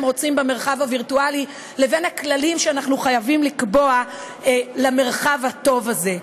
רוצים במרחב הווירטואלי לבין הכללים שאנחנו חייבים לקבוע למרחב הטוב הזה.